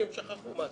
כי הם שכחו מהסיכום.